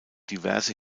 diverse